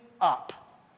up